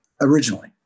originally